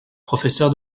professeur